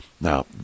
Now